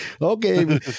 okay